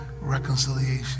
reconciliation